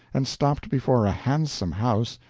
and stopped before a handsome house,